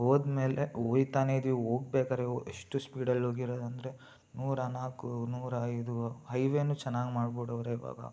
ಹೋದ್ಮೇಲೆ ಹೋಗ್ತಾನೆ ಇದ್ದೀವಿ ಹೋಗ್ಬೇಕಾರೆ ಎಷ್ಟು ಸ್ಪೀಡಲ್ಲಿ ಹೋಗಿರೋದು ಅಂದರೆ ನೂರ ನಾಲ್ಕು ನೂರ ಐದು ಹೈವೇಯೂ ಚೆನ್ನಾಗಿ ಮಾಡಿಬಿಟ್ಟವ್ರೆ ಇವಾಗ